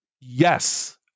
Yes